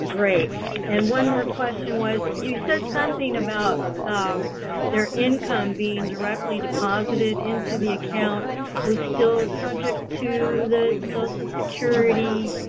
great and one more question was you said something about their income being directly deposited into the account was still subject to the social security